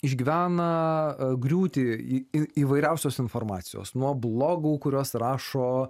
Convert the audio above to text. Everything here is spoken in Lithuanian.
išgyvena griūtį įvairiausios informacijos nuo blogų kurios rašo